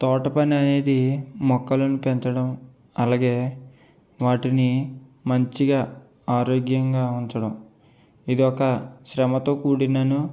తోట పని అనేది మొక్కలను పెంచడం అలాగే వాటిని మంచిగా ఆరోగ్యంగా ఉంచడం ఇది ఒక శ్రమతో కూడినను